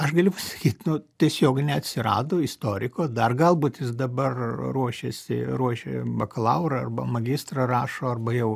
aš galiu pasakyt nu tiesiog neatsirado istoriko dar galbūt jis dabar ruošiasi ruošia bakalaurą arba magistrą rašo arba jau